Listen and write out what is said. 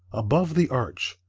above the arch,